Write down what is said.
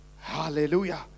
hallelujah